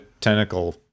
tentacle